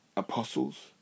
Apostles